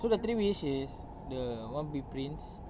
so the three wish is the want to be prince